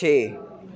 ਛੇ